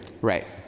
Right